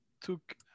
took